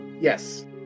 Yes